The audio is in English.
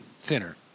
thinner